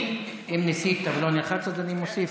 אם ניסית ולא נלחץ אז אני מוסיף.